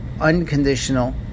unconditional